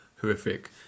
horrific